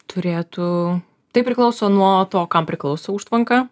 turėtų tai priklauso nuo to kam priklauso užtvanka